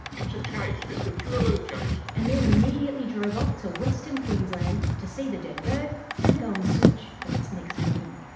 it's a chase, it's the thrill of the chase. and then immediately drove off to western queensland to see the dead bird and go in search of its next of kin.